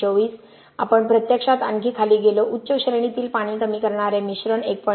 24 आपण प्रत्यक्षात आणखी खाली गेलो उच्च श्रेणीतील पाणी कमी करणारे मिश्रण 1